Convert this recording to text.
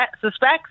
suspects